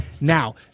Now